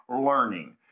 learning